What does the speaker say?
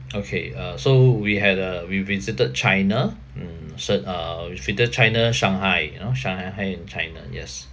okay uh so we had uh we visited china mm sit~ uh we visited china shanghai you know shanghai in china yes